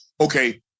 okay